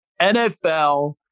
NFL